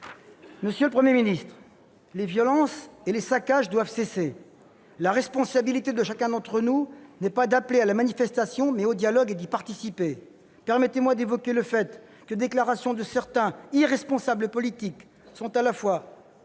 Monsieur le Premier ministre, les violences et les saccages doivent cesser. La responsabilité de chacun d'entre nous est d'appeler non pas à la manifestation, mais au dialogue et d'y participer. Permettez-moi d'évoquer le fait que les déclarations de certains « irresponsables » politiques sont à la fois